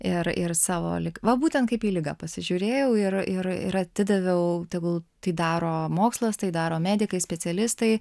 ir ir savo lyg va būtent kaip į ligą pasižiūrėjau ir ir ir atidaviau tegul tai daro mokslas tai daro medikai specialistai